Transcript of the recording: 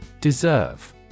Deserve